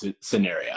scenario